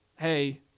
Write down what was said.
hey